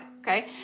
okay